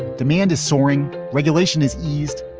demand is soaring. regulation is eased.